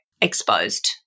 exposed